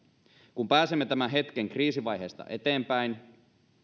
kun pääsemme tämän hetken kriisivaiheesta eteenpäin